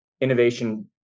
innovation